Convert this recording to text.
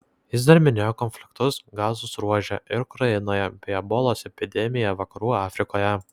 jis dar minėjo konfliktus gazos ruože ir ukrainoje bei ebolos epidemiją vakarų afrikoje